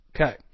Okay